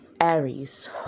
Aries